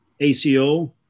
ACO